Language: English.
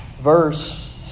Verse